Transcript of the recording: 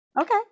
Okay